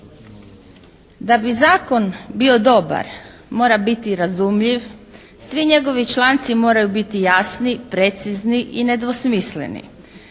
Da bi zakon bio dobar mora biti razumljiv, svi njegovi članci moraju biti jasni, precizni i nedvosmisleni.